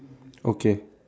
okay